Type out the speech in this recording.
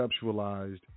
conceptualized